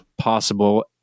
possible